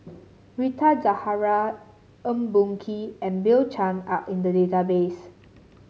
Rita Zahara Eng Boh Kee and Bill Chen are in the database